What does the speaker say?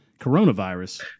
coronavirus